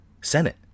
Senate